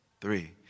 Three